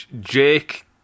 Jake